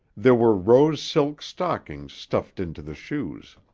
there were rose silk stockings stuffed into the shoes.